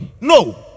no